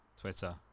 Twitter